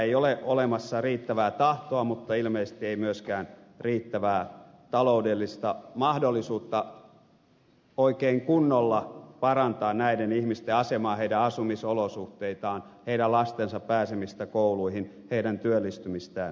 ei ole olemassa riittävää tahtoa mutta ilmeisesti ei myöskään riittävää taloudellista mahdollisuutta oikein kunnolla parantaa näiden ihmisten asemaa heidän asumisolosuhteitaan heidän lastensa pääsemistä kouluihin heidän työllistymistään ja niin edelleen